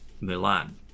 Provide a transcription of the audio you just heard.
Milan